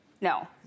no